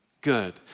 Good